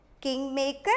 Kingmaker